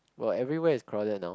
well everywhere is crowded now